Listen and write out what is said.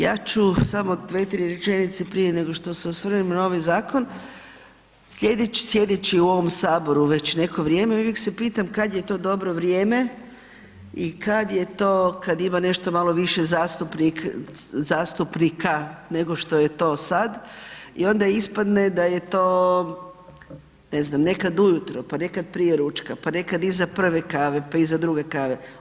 Ja ču samo dvije, tri rečenice prije nego što se osvrnem na ovaj zakon, sjedeći u ovom Saboru već neko vrijeme, uvijek se pitam kad je to dobro vrijeme i kad je to kad ima nešto malo više zastupnika nego što je to sad i onda ispadne da je to ne znam, nekad ujutro, pa ne kad prije ručka, pa nekad iza prve kave, pa iza druge kave.